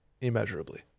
immeasurably